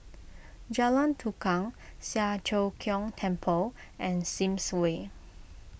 Jalan Tukang Siang Cho Keong Temple and Sims Way